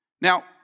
now